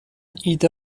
ایده